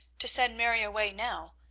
to send mary away now.